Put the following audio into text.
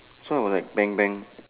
so I was like bang bang